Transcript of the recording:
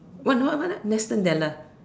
what what what ah Nathan-Della